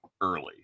early